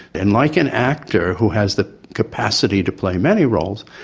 and like an actor who has the capacity to play many roles,